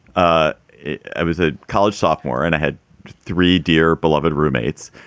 ah i was a college sophomore and i had three dear beloved roommates.